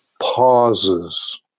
pauses